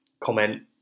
comment